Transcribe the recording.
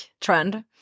trend